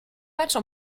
matchs